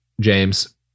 James